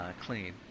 clean